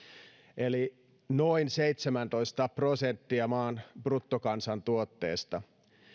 eli noin seitsemäntoista prosenttia maan bruttokansantuotteesta